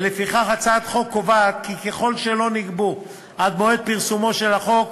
ולפיכך הצעת החוק קובעת כי ככל שלא נגבו עד מועד פרסומו של החוק